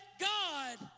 God